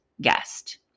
guest